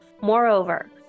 Moreover